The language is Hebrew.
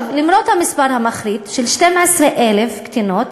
למרות המספר המחריד של 12,000 קטינות,